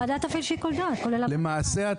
למעשה,